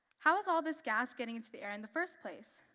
how is all this gas getting into the air in the first place?